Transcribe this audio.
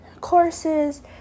courses